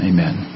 Amen